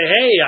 hey